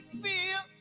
feel